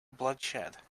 bloodshed